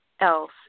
else